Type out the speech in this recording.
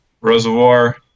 reservoir